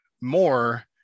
more